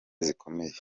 zikomeye